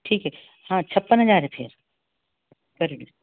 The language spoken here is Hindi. ठीक है हाँ छप्पन हज़ार रुपये करेंगे